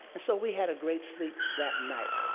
and so we had a great sleep that night.